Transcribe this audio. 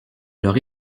leur